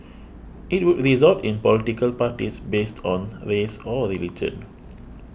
it would result in political parties based on race or religion